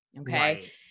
Okay